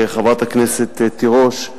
חברת הכנסת תירוש,